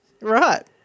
Right